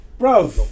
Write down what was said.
Bro